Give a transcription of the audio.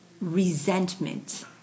resentment